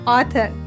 Author